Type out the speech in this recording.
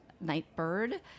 Nightbird